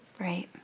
Right